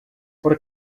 por